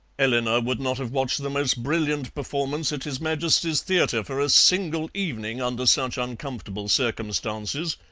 eleanor would not have watched the most brilliant performance at his majesty's theatre for a single evening under such uncomfortable circumstances,